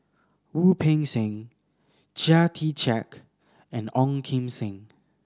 Wu Peng Seng Chia Tee Chiak and Ong Kim Seng